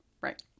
Right